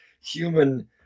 human